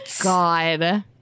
God